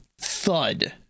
thud